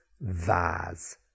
vase